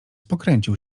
pokręcił